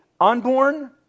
unborn